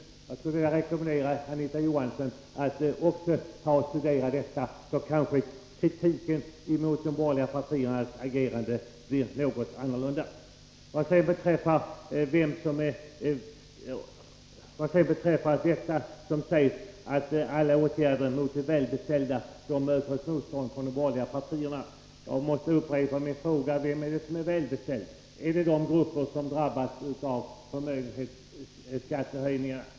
Jag skulle vilja rekommendera Anita Johansson att studera detta, så kanske kritiken mot de borgerliga partiernas agerande blir något annorlunda. Alla åtgärder mot de välbeställda möter motstånd från de borgerliga partierna, säger Anita Johansson. Jag måste upprepa min fråga: Vem är välbeställd? Är det de grupper som drabbas av förmögenhetsskattehöjningen?